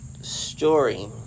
story